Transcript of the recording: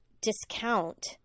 discount